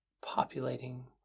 Populating